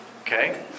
Okay